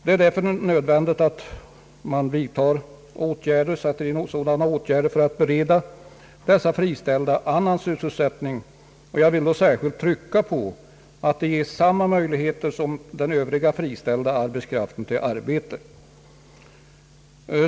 Det är därför nödvändigt att man vidtar åtgärder för att bereda dessa friställda annan sysselsättning. Jag vill då särskilt trycka på att samma möjligheter till arbete ges dem som den övriga friställda arbetskraften.